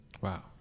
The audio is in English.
Wow